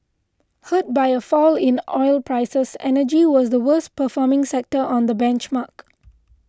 hurt by a fall in oil prices energy was the worst performing sector on the benchmark